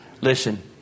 Listen